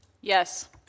Yes